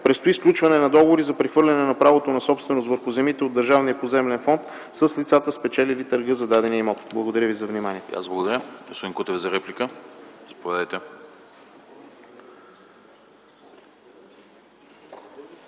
Предстои сключване на договори за прехвърляне на правото на собственост върху земите от Държавния поземлен фонд с лицата, спечелили търга за дадения имот. Благодаря ви за вниманието.